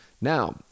Now